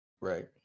right